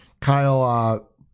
Kyle